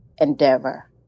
endeavor